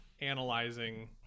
analyzing